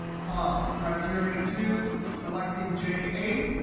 comma. criteria two, selecting j eight.